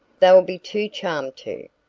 they'll be too charmed to.